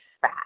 fat